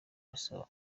gisaba